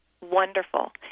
wonderful